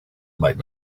might